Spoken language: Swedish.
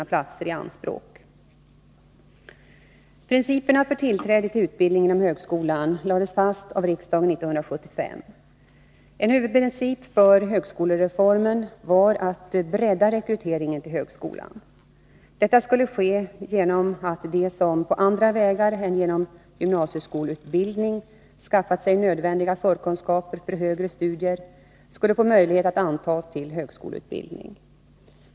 Principerna för tillträde till utbildning inom högskolan lades fast av riksdagen 1975. En huvudprincip för högskolereformen var att bredda rekryteringen till högskolan. Detta skulle ske genom att de som på andra vägar än genom gymnasieskoleutbildning skaffat sig nödvändiga förkunskaper för högre studier skulle få möjlighet att antas till högskoleutbildning.